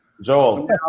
Joel